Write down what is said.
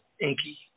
Inky